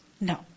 No